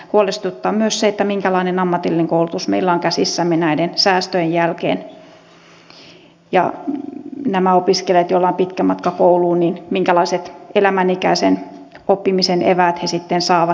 huolestuttaa myös se minkälainen ammatillinen koulutus meillä on käsissämme näiden säästöjen jälkeen ja tämä opiskelee jolla pitkä matka se minkälaiset elämänikäisen oppimisen eväät nämä opiskelijat joilla on pitkä matka kouluun sitten saavat